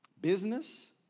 business